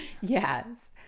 Yes